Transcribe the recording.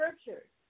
Scriptures